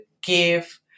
give